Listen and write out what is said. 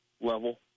level